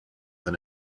than